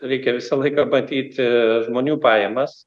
reikia visą laiką matyti žmonių pajamas